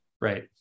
right